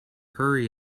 hurry